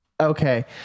okay